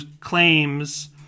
claims